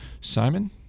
Simon